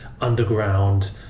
underground